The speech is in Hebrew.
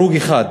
הרוג אחד